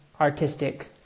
artistic